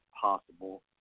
possible